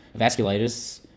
vasculitis